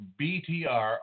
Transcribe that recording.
BTR